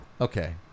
okay